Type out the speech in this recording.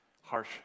harsh